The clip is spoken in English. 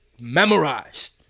memorized